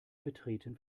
betreten